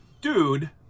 dude